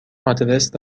آدرس